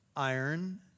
iron